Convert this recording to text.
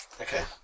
Okay